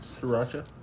sriracha